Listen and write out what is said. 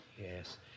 Yes